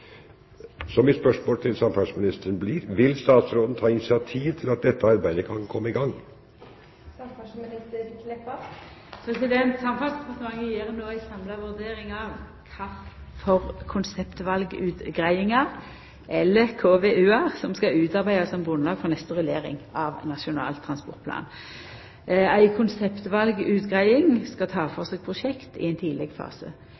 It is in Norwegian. Vil statsråden ta initiativ til at dette arbeidet kan komme i gang?» Samferdselsdepartementet gjer no ei samla vurdering av kva for konseptvalutgreiingar, eller KVU-ar, som skal utarbeidast som grunnlag for neste rullering av Nasjonal transportplan. Ei konseptvalutgreiing skal ta